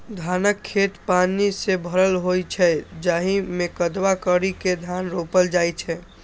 धानक खेत पानि सं भरल होइ छै, जाहि मे कदबा करि के धान रोपल जाइ छै